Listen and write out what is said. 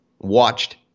watched